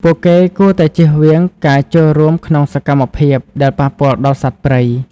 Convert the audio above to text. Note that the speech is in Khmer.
ពួកគេគួរតែជៀសវាងការចូលរួមក្នុងសកម្មភាពដែលប៉ះពាល់ដល់សត្វព្រៃ។